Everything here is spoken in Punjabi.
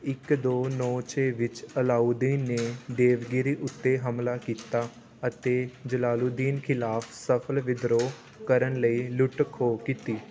ਇੱਕ ਦੋ ਨੌ ਛੇ ਵਿੱਚ ਅਲਾਊਦੀਨ ਨੇ ਦੇਵਗਿਰੀ ਉੱਤੇ ਹਮਲਾ ਕੀਤਾ ਅਤੇ ਜਲਾਲੂਦੀਨ ਖ਼ਿਲਾਫ਼ ਸਫ਼ਲ ਵਿਦਰੋਹ ਕਰਨ ਲਈ ਲੁੱਟ ਖੋਹ ਕੀਤੀ